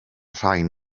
rhain